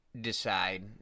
decide